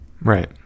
Right